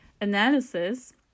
analysis